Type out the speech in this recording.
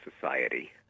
society